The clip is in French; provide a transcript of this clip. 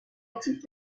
exécutif